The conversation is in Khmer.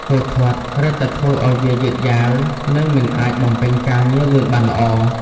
គោធាត់ រឹតតែធ្វើឱ្យវាយឺតយ៉ាវ និងមិនអាចបំពេញការងារលឿនបានល្អ។